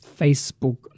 Facebook